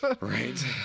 right